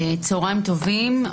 צהרים טובים.